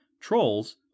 Trolls